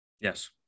Yes